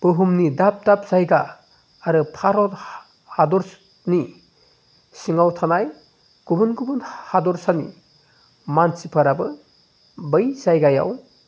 बुहुमनि दाब दाब जायगा आरो भारत हादरनि सिङाव थानाय गुबुन गुबुन हादरसानि मानसिफोराबो बै जायगायाव